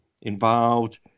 involved